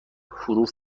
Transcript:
حروف